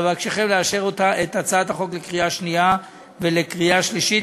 אבקשכם לאשר את הצעת החוק בקריאה שנייה ובקריאה שלישית,